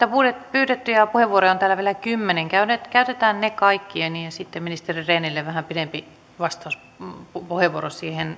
pyydettyjä vastauspuheenvuoroja on täällä vielä kymmenen käytetään ne kaikki ja sitten ministeri rehnille vähän pidempi puheenvuoro siihen